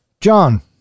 John